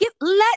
let